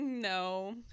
No